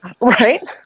Right